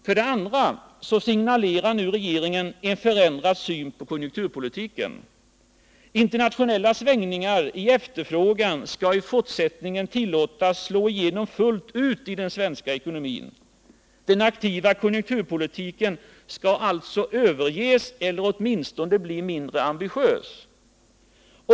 För det andra signalerar nu regeringen en förändrad syn på konjunkturpolitiken: Internationella svängningar i efterfrågan skall i fortsättningen tillåtas slå igenom fullt ut i den svenska ekonomin — den aktiva konjunkturpolitiken skall alltså överges eller åtminstone bli mindre ambitiös.